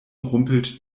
rumpelt